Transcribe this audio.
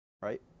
right